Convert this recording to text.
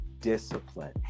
discipline